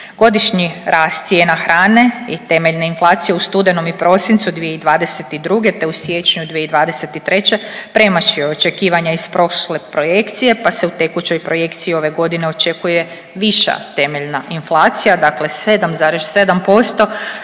Godišnji rast cijena hrane i temeljne inflacije u studenom i prosincu 2022. te u siječnju 2023. premašio je očekivanja iz prošle projekcije pa se u tekućoj projekciji ove godine očekuje viša temeljna inflacija. Dakle, 7,7%